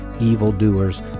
evildoers